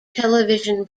television